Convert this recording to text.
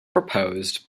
proposed